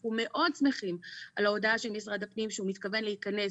אנחנו מאוד שמחים על ההודעה של משרד הפנים שהוא מתכוון להיכנס